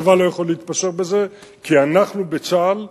הצבא לא יכול להתפשר בזה, כי אנחנו בצה"ל,